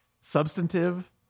substantive